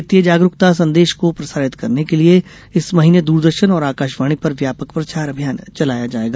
वित्तीय जागरूकता संदेश को प्रसारित करने के लिए इस महीने दूरदर्शन और आकाशवाणी पर व्यापक प्रचार अभियान चलाया जाएगा